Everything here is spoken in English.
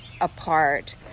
apart